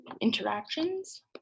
interactions